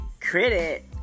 Credit